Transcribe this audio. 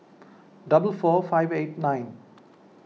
double four five eight nine